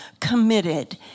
committed